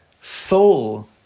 soul